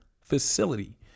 facility